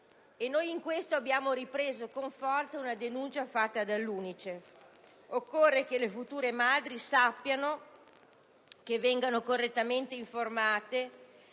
e in questo abbiamo ripreso con forza una denuncia fatta dall'UNICEF. Occorre che le future madri vengano correttamente informate